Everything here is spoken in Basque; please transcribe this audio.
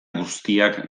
guztiak